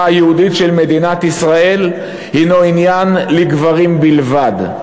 היהודית של מדינת ישראל הנו עניין לגברים בלבד.